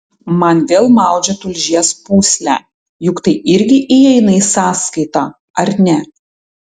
man vėl maudžia tulžies pūslę juk tai irgi įeina į sąskaitą ar ne